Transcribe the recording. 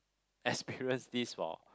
experience this for